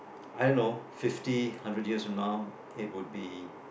I don't know fifty hundred years from now it would be